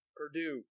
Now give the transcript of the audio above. Purdue